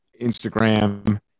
Instagram